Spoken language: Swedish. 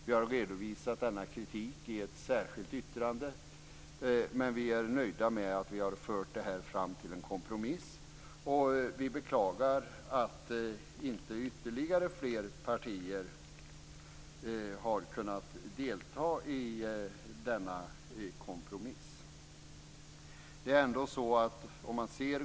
Vi har redovisat denna kritik i ett särskilt yttrande. Men vi är nöjda med att vi har fört frågan fram till en kompromiss. Vi beklagar att inte ytterligare partier har kunnat delta i denna kompromiss.